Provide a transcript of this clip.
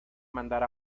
mandar